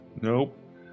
Nope